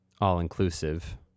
all-inclusive